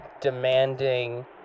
demanding